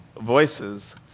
voices